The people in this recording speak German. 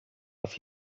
auf